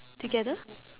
together